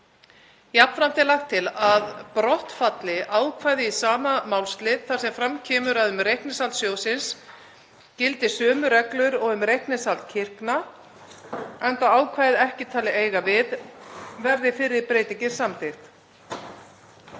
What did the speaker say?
er lagt til að brott falli ákvæði í sama málslið þar sem fram kemur að um reikningshald sjóðsins gildi sömu reglur og um reikningshald kirkna, enda ákvæðið ekki talið eiga við verði fyrri breytingin samþykkt.